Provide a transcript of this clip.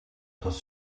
тус